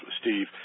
Steve